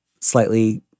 slightly